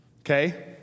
Okay